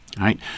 right